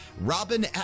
Robin